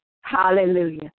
Hallelujah